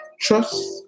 Trust